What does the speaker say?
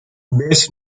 best